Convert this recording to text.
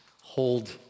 hold